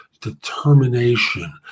determination